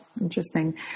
Interesting